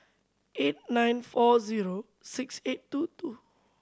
eight nine four zero six eight two two